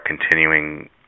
continuing